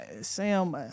Sam